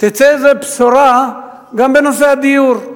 תצא איזה בשורה גם בנושא הדיור.